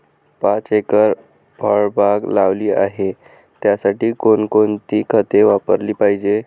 पाच एकर फळबाग लावली आहे, त्यासाठी कोणकोणती खते वापरली पाहिजे?